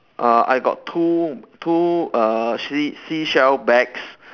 uh I got two two err sea seashell bags